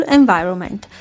environment